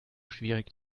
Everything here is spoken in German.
schwierig